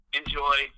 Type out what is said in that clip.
enjoy